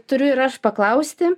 turiu ir aš paklausti